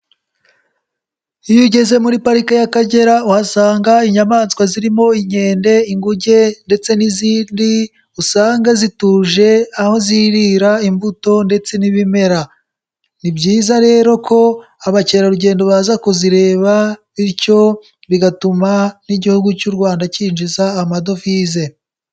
Iyo ugeze muri Pariki y'Akagera uhasanga inyamaswa zirimo: inkende, inguge ndetse n'izindi, usanga zituje aho zirira imbuto ndetse n'ibimera. Ni byiza rero ko abakerarugendo baza kuzireba, bityo bigatuma n'igihugu cy'u Rwanda Kinjiza amadovize.